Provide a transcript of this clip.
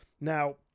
Now